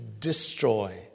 destroy